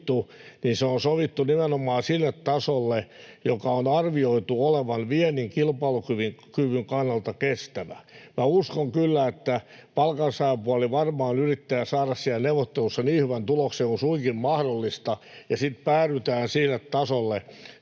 niin se on sovittu nimenomaan sille tasolle, jonka on arvioitu olevan viennin kilpailukyvyn kannalta kestävä. Uskon kyllä, että palkansaajapuoli varmaan yrittää saada siellä neuvotteluissa niin hyvän tuloksen kuin suinkin mahdollista, ja sitten päädytään sille tasolle,